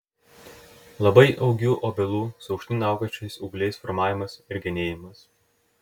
labai augių obelų su aukštyn augančiais ūgliais formavimas ir genėjimas